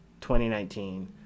2019